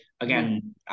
Again